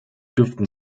dürften